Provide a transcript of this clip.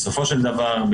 בסופו של דבר,